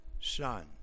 Son